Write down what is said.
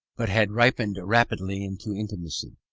but had ripened rapidly into intimacy.